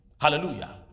Hallelujah